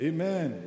Amen